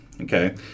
okay